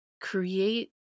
create